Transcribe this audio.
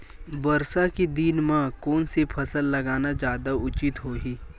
बरसात के दिन म कोन से फसल लगाना जादा उचित होही?